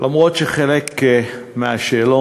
אף שחלק מהשאלות